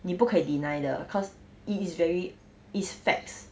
你不可以 deny 的 cause it is very it's facts